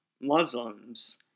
Muslims